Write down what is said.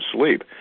sleep